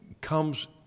comes